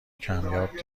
کمیاب